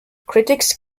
critics